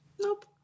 Nope